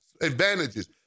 advantages